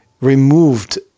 removed